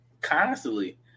constantly